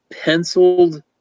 penciled